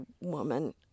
woman